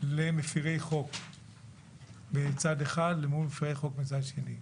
למפרי חוק מצד אחד למול מפרי חוק מצד שני.